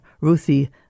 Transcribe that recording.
Ruthie